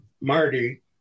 Marty